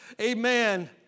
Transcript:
amen